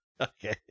Okay